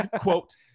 Quote